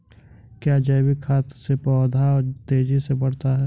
क्या जैविक खाद से पौधा तेजी से बढ़ता है?